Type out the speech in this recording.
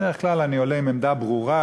בדרך כלל אני עולה עם עמדה ברורה,